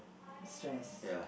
stress